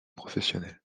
professionnelle